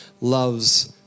loves